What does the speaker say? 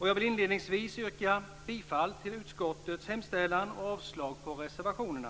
Jag vill inledningsvis yrka bifall till utskottets hemställan och avslag på reservationerna.